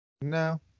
No